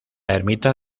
ermita